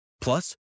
Plus